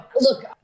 look